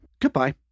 goodbye